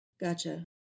Gotcha